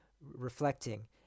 reflecting